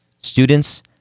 Students